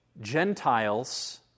Gentiles